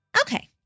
Okay